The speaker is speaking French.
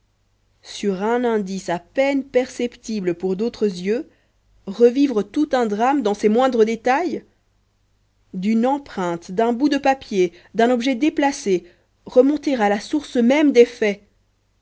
sur un indice à peine perceptible pour d'autres yeux revivre tout un drame dans ses moindres détails d'une empreinte d'un bout de papier d'un objet déplacé remonter à la source même des faits